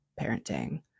parenting